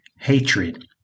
hatred